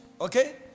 Okay